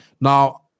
Now